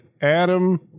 Adam